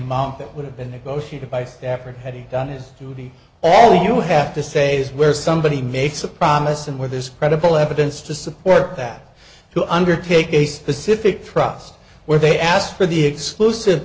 amount that would have been negotiated by staff or heavy duty all you have to say is where somebody makes a promise and where there's credible evidence to support that you undertake a specific process where they asked for the exclusive